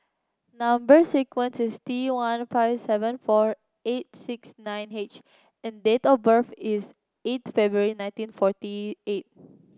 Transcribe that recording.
number sequence is T one five seven four eight six nine H and date of birth is eight February nineteen forty eight